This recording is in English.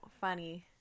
funny